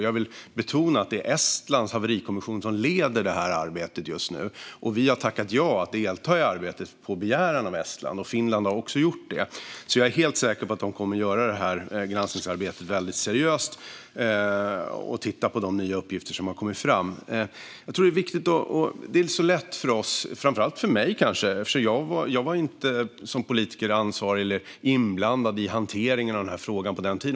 Jag vill betona att det är Estlands haverikommission som leder detta arbete just nu, och vi har tackat ja till att delta på begäran av Estland; Finland har också gjort det. Jag är helt säker på att de kommer att göra detta granskningsarbete väldigt seriöst och titta på de nya uppgifter som har kommit fram. Det är lätt för oss, framför allt för mig kanske, som inte som politiker var ansvariga för eller inblandade i hanteringen av frågan på den tiden.